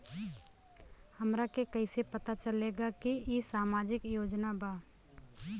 हमरा के कइसे पता चलेगा की इ सामाजिक योजना बा?